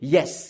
Yes